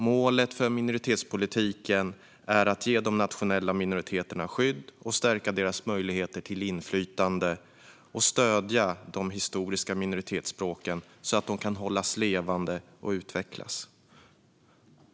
Målet för minoritetspolitiken är att ge de nationella minoriteterna skydd och stärka deras möjligheter till inflytande och att stödja de historiska minoritetsspråken så att de kan hållas levande och utvecklas.